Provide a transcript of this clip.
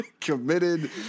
Committed